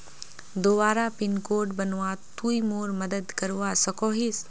दोबारा pin code बनवात तुई मोर मदद करवा सकोहिस?